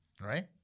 Right